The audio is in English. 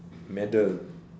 medal